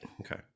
Okay